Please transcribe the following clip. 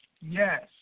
Yes